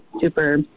super